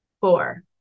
four